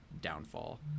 downfall